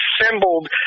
assembled